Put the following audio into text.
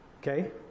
Okay